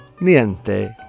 Niente